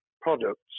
products